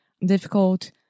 difficult